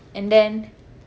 and then